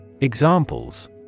Examples